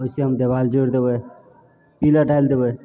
ओहिसे हम देवाल जोड़ि देबै पिलर डालि देबै